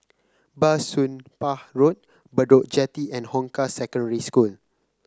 Bah Soon Pah Road Bedok Jetty and Hong Kah Secondary School